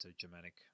Germanic